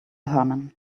herman